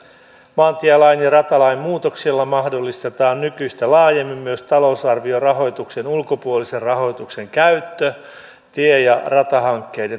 maantielain ja ratalain muutoksilla mahdollistetaan nykyistä laajemmin myös talousarviorahoituksen ulkopuolisen rahoituksen käyttö tie ja ratahankkeiden toteuttamiseksi